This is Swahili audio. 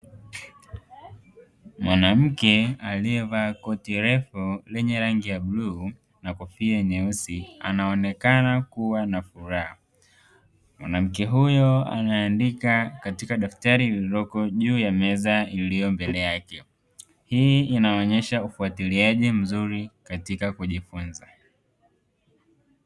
Mwanamke aliyevaa koti refu lenye rangi ya bluu na kofia nyeusi, anaonekana kuwa na furaha. Mwanamke huyo anayeandika katika daftari lililoko juu ya meza iliyo mbele yake. Hii inaonyesha ufuatiliaji mzuri katika kujifunza.